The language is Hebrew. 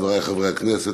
חברי חברי הכנסת,